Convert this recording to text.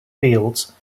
fields